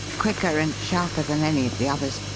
quicker and sharper than any of the others.